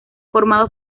formado